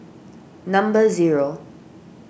number zero